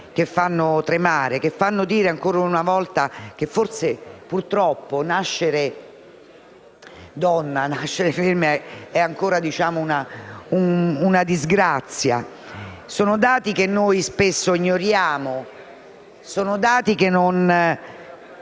che fanno tremare e fanno dire ancora una volta che forse purtroppo nascere donna, nascere femmina, è ancora una disgrazia. Si tratta di dati che noi spesso ignoriamo e che non